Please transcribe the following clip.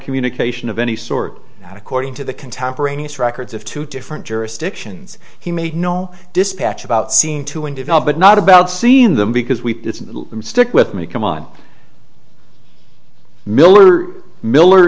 communication of any sort that according to the contemporaneous records of two different jurisdictions he made no dispatch about seeing two in development not about seeing them because we stick with me come on miller miller